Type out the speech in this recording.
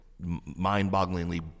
mind-bogglingly